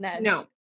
No